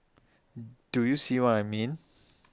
do you see what I mean